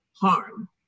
harm